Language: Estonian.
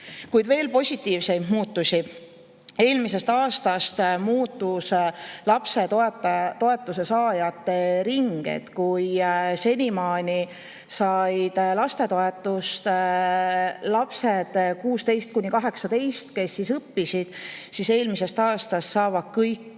Kuid veel positiivseid muutusi. Eelmisest aastast muutus lapsetoetuse saajate ring. Kui senimaani said lapsetoetust 16–18-aastased, kes õppisid, siis eelmisest aastast saavad kõik